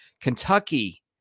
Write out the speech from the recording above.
Kentucky